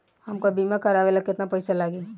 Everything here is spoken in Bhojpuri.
हमका बीमा करावे ला केतना पईसा लागी?